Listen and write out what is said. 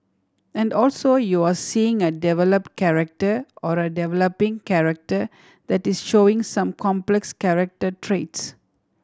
and also you're seeing a develop character or a developing character that is showing some complex character traits